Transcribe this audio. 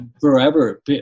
forever